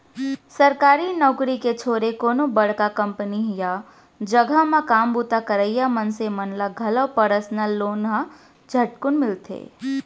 सरकारी नउकरी के छोरे कोनो बड़का कंपनी या जघा म काम बूता करइया मनसे मन ल घलौ परसनल लोन ह झटकुन मिलथे